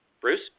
Bruce